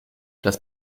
das